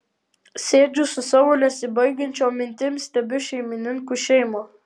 sėdžiu su savo nesibaigiančiom mintim stebiu šeimininkų šeimą